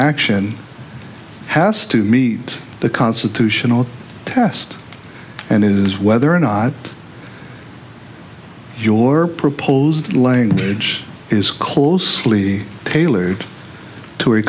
action has to meet the constitutional test and it is whether or not your proposed language is closely tailored to